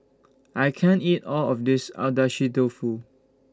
I can't eat All of This Agedashi Dofu